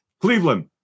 Cleveland